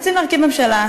רוצים להרכיב ממשלה,